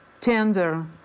tender